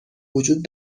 وجود